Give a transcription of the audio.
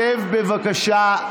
שב, בבקשה.